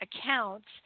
accounts